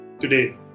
today